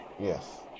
Yes